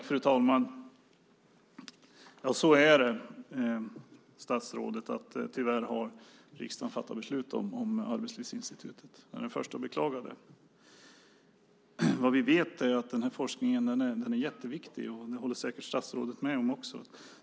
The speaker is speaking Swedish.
Fru talman! Det är tyvärr som statsrådet säger, att riksdagen har fattat beslut om att lägga ned Arbetslivsinstitutet. Jag är den förste att beklaga det. Vad vi vet är att denna forskning är jätteviktig. Och det håller säkert statsrådet med om.